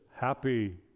happy